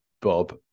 Bob